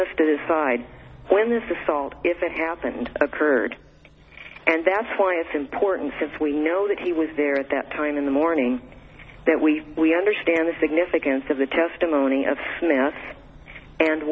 us to decide when this assault if it happened occurred and that's why it's important because we know that he was there at that time in the morning that we we understand the significance of the testimony of men and